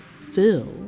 Phil